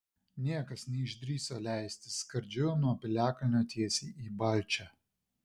niekas neišdrįso leistis skardžiu nuo piliakalnio tiesiai į balčią